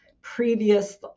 previous